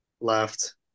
left